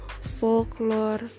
folklore